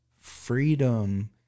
freedom